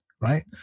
right